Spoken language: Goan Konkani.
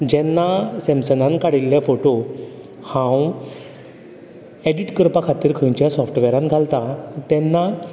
जेन्ना सॅमसंगान काडिल्ले फोटो हांव एडीट करपा खातीर खंयच्याय सॉफ्टवेरान घालता तेन्ना